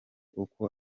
uko